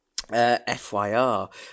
FYR